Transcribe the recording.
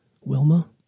Wilma